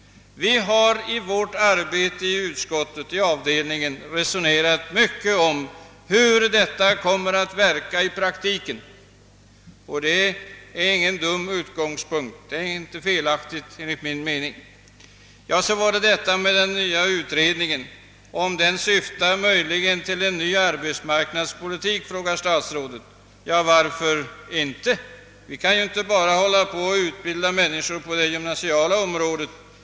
I vårt arbete i avdelningen har vi resonerat mycket om hur detta förslag kommer att verka i praktiken, och det är enligt min mening ingen felaktig utgångspunkt. Syftar den nya utredningen möjligen till en ny arbetsmarknadspolitik? frågar statsrådet. Ja, varför inte? Vi kan inte bara hålla på att utbilda människor på det gymnasiala planet.